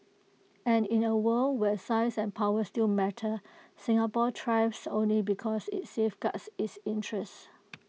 and in A world where size and power still matter Singapore thrives only because IT safeguards its interests